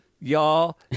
y'all